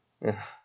ya